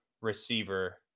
receiver